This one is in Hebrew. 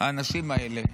האנשים האלה,